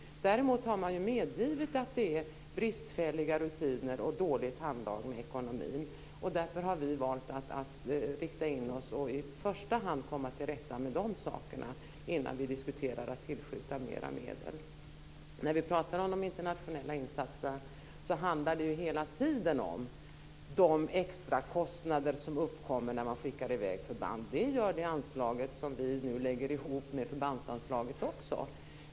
Däremot har man medgett att det är bristfälliga rutiner och dåligt handlag med ekonomin. Därför har vi valt att rikta in oss på att i första hand komma till rätta med dessa saker innan vi diskuterar att tillskjuta mer medel. När vi talar om de internationella insatserna handlar det hela tiden om de extrakostnader som uppkommer när man skickar i väg förband. Det gör det anslag som vi nu lägger ihop med förbandsanslaget också.